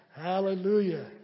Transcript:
Hallelujah